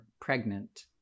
pregnant